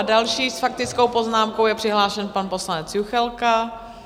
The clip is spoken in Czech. Další s faktickou poznámkou je přihlášen pan poslanec Juchelka.